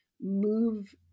move